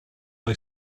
lay